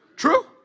True